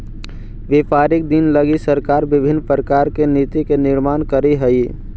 व्यापारिक दिन लगी सरकार विभिन्न प्रकार के नीति के निर्माण करीत हई